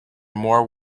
more